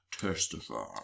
Testify